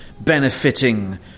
benefiting